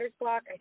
block